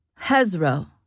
Hezro